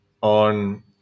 on